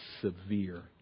severe